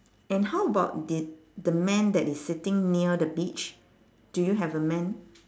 and how about did the man that is sitting near the beach do you have a man